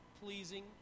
pleasing